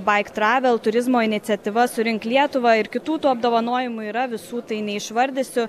bike travel turizmo iniciatyva surink lietuvą ir kitų tų apdovanojimų yra visų tai neišvardysiu